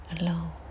alone